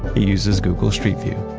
he uses google street view.